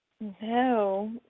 No